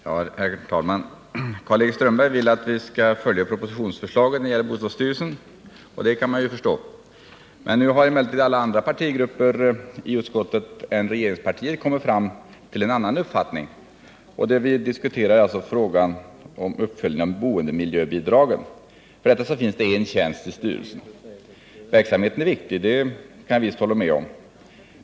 Herr talman! Karl-Erik Strömberg vill att vi skall följa propositionsförslaget när det gäller bostadsstyrelsen, och det kan man ju förstå. Nu har emellertid alla andra partigrupper än regeringspartiet i utskottet kommit till en annan uppfattning. Det frågan gäller är uppföljningen av boendemiljöbidragen. För detta finns en tjänst i styrelsen. Verksamheten är viktig — det kan jag visst hålla med om.